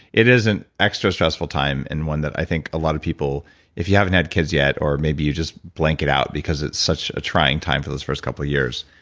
it is an extra-stressful time and one that i think a lot of people if you haven't had kids yet, or maybe you just blank it out because it's such a trying time for those first couple years.